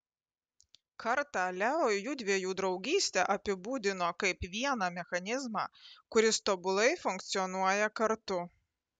kartą leo jųdviejų draugystę apibūdino kaip vieną mechanizmą kuris tobulai funkcionuoja kartu